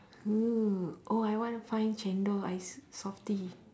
oo oh I want to find chendol ice Softee